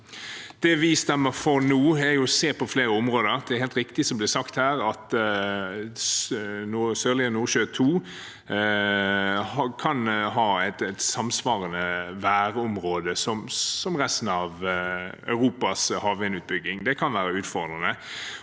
Det vi stemmer for nå, er å se på flere områder. Det er helt riktig som det ble sagt her, at Sørlige Nordsjø II kan ha et samsvarende værområde med resten av Europas havvindutbygging. Det kan være utfordrende.